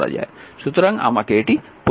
সুতরাং আমাকে এটি পরিষ্কার করতে দিন